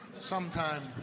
sometime